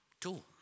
Two